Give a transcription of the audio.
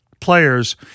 players